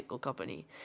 company